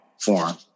form